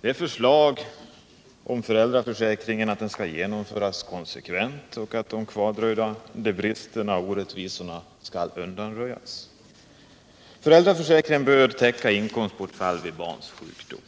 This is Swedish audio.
Dessa förslag går ut på att föräldraförsäkringen skall genomföras konsekvent och att kvardröjande brister och orättvisor skall undanröjas. Föräldraförsäkringen bör täcka inkomstbortfall vid barns sjukdom.